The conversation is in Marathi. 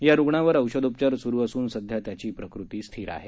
या रुग्णावर औषधोपचार सुरु असून सध्या त्यांची प्रकृती स्थिर आहे